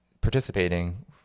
participating